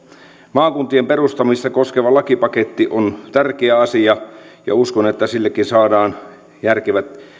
maakuntien perustamista koskeva lakipaketti on tärkeä asia ja uskon että sillekin saadaan järkevät